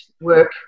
work